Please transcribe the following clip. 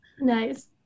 Nice